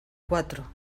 cuatro